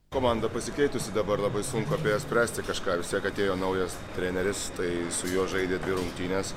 komanda pasikeitusi dabar labai sunku apie ją spręsti kažką vis tiek atėjo naujas treneris tai su juo žaidė dvi rungtynes